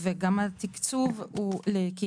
רוני, מה שאמרת זאת הסיבה למה לא לפרט